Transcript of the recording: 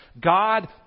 God